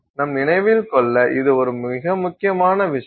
நம் நினைவில் கொள்ள இது ஒரு மிக முக்கியமான விஷயம்